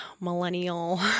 millennial